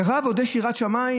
לרב עוד יש יראת שמיים,